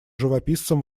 живописцем